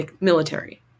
military